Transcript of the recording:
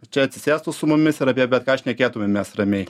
čia atsisėstų su mumis ir apie bet ką šnekėtumėmės ramiai